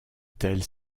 tels